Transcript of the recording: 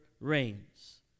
reigns